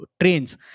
trains